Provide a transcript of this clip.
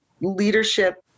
leadership